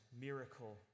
miracle